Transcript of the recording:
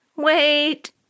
Wait